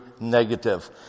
negative